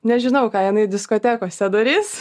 nežinau ką jinai diskotekose darys